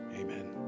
Amen